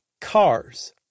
Cars